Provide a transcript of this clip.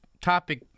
topic